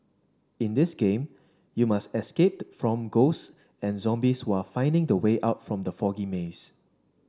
in this game you must escaped from ghosts and zombies while finding the way out from the foggy maze